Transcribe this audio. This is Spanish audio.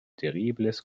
terribles